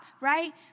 right